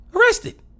Arrested